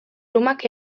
lumak